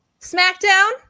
SmackDown